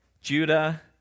Judah